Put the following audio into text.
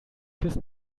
bis